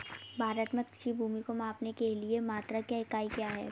भारत में कृषि भूमि को मापने के लिए मात्रक या इकाई क्या है?